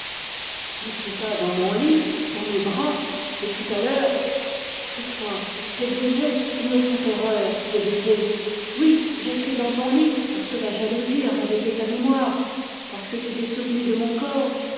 n'es-tu pas dans mon lit dans mes bras et tout à l'heure tais-toi tes baisers ils me font horreur tes baisers oui je suis dans ton lit parce que la jalousie a réveillé ta mémoire parce que tu t'es souvenu de mon corps